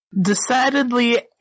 Decidedly